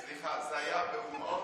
סליחה, זה היה בהומור.